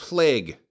Plague